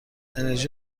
انرژی